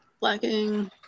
lacking